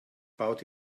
baut